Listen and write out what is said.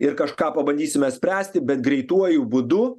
ir kažką pabandysime spręsti bet greituoju būdu